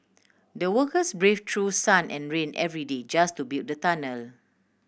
the workers brave through sun and rain every day just to build the tunnel